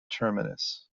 terminus